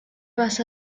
vas